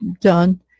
done